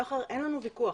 אין לנו ויכוח.